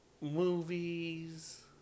Movies